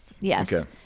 Yes